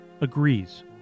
agrees